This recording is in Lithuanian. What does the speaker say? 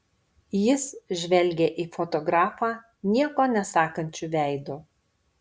jis žvelgė į fotografą nieko nesakančiu veidu